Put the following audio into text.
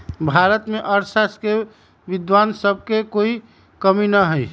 भारत में अर्थशास्त्र के विद्वान सब के कोई कमी न हई